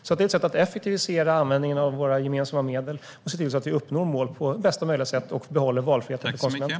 Det är ett sätt att effektivisera användningen av våra gemensamma medel och se till att vi uppnår mål på bästa möjliga sätt och behåller valfriheten för konsumenten.